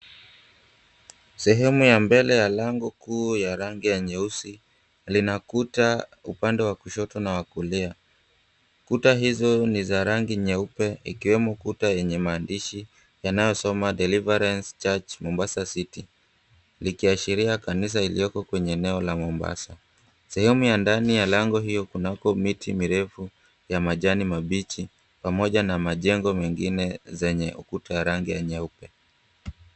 Sehemu ya mbele ya lango kuu ya rangi ya nyeusi linakuta upande wa kushoto na wa kulia. Kuta hizo ni za rangi nyeupe ikiwemo kuta yenye maandishi yanayosoma, Deliverance Church Mombasa City. Likiashiria kanisa iliyoko kwenye eneo la Mombasa. Sehemu ya ndani ya lango hiyo kunako miti mirefu ya majani mabichi pamoja na majengo mengine zenye ukuta rangi ya nyeupe.